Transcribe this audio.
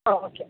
okay